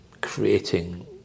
creating